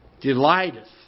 delighteth